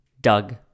Doug